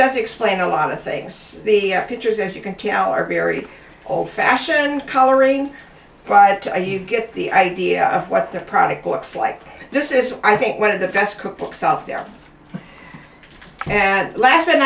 does explain a lot of things the pictures as you can tell are very old fashioned coloring but i have to get the idea of what the product looks like this is i think one of the best cookbooks out there and la